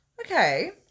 Okay